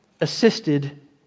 assisted